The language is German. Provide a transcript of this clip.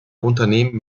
unternehmen